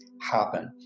happen